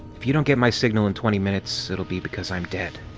if you don't get my signal in twenty minutes, it'll be because i'm dead.